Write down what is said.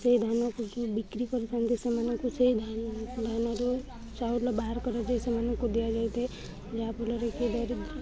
ସେଇ ଧାନକୁ ଯେଉଁ ବିକ୍ରି କରିଥାନ୍ତି ସେମାନଙ୍କୁ ସେଇ ଧାନରୁ ଚାଉଲ ବାହାର କରାଯାଇ ସେମାନଙ୍କୁ ଦିଆଯାଇଥାଏ ଯାହାଫଲରେ କି